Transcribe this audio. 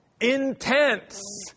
intense